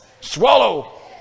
swallow